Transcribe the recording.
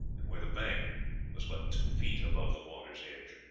and where the bank was but two feet above the water's edge.